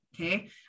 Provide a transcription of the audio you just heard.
Okay